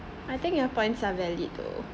I think your points are valid though